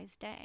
day